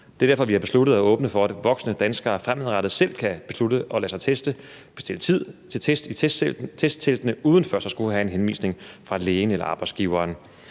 Det er derfor, vi har besluttet at åbne for, at voksne danskere fremadrettet selv kan beslutte at lade sig teste og bestille tid til test i testteltene uden først at skulle have en henvisning fra lægen eller arbejdsgiveren.